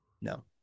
no